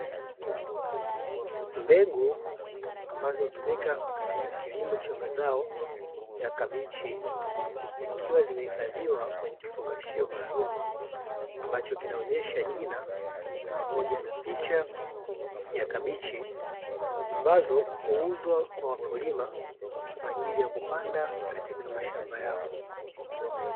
Mbegu ambazo hutumika katika kilimo cha mazao ya kabichi zikiwa zimehifadhiwa kwenye kifungashio maalumu ambacho kinaonyesha jina pamoja na picha ya kabichi, ambazo huuzwa kwa wakulima kwa ajili ya kupanda katika mashamba yao.